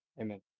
Amen